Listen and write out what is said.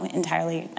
entirely